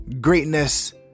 greatness